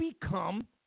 become